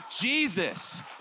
Jesus